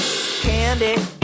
Candy